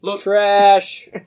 Trash